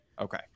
Okay